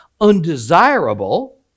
undesirable